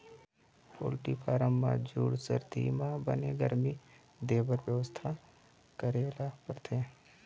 poultry farm म जूड़ सरदी म बने गरमी देबर बेवस्था करे ल परथे